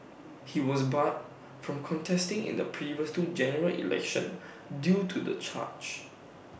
he was barred from contesting in the previous two general elections due to the charge